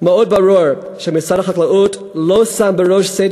מאוד ברור שמשרד החקלאות לא שם בראש סדר